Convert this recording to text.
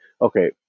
okay